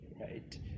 right